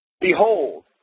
Behold